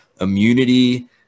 immunity